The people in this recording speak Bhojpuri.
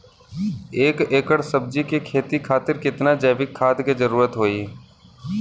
एक एकड़ सब्जी के खेती खातिर कितना जैविक खाद के जरूरत होई?